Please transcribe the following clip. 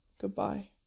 Goodbye